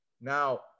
Now